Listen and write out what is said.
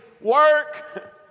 work